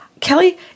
Kelly